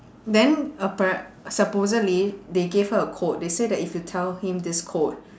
then apparent~ supposedly they gave her a code they say that if you tell him this code